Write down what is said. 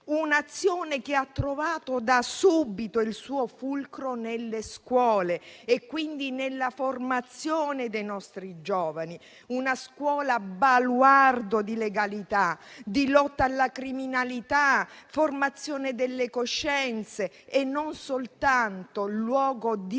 un'azione che ha trovato, da subito, il suo fulcro nelle scuole e quindi nella formazione dei nostri giovani; una scuola baluardo di legalità, di lotta alla criminalità e di formazione delle coscienze e non soltanto luogo di